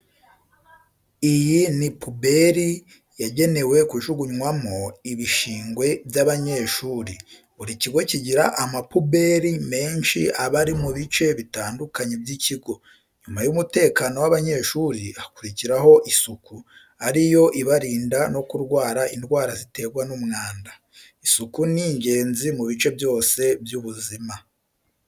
Iyi ni puberi yagenewe kujugunwamo ibishingwe by'abanyeshuri. Buri kigo kigira amapuberi menshi aba ari mu bice bitandukanye by'ikigo. Nyuma y'umutekano w'abanyeshuri hakurikiraho isuku, ari yo ibarinda no kurwara indwara ziterwa n'umwanda. Isuku ni ingezi mu bice byose by'ubuzima.